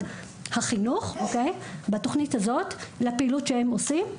החינוך בתוכנית הזאת לפעילות שהם עושים.